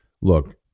Look